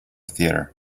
theater